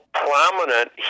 prominent